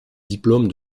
diplômes